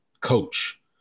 coach